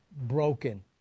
Broken